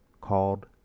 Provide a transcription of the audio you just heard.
called